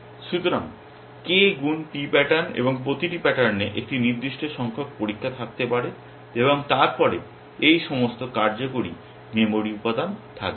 সুতরাং k গুণ p pattern এবং প্রতিটি প্যাটার্নে একটি নির্দিষ্ট সংখ্যক পরীক্ষা থাকতে পারে এবং তারপরে এই সমস্ত কার্যকরী মেমরি উপাদান থাকবে